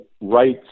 rights